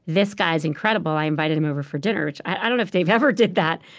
this guy's incredible. i invited him over for dinner. which i don't know if dave ever did that.